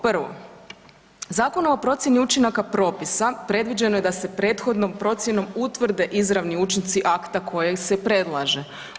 Prvo, Zakonom o procjeni učinaka propisa predviđeno je da se prethodnom procjenom utvrde izravni učinci akta kojeg se predlaže.